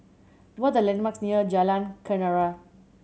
what are the landmarks near Jalan Kenarah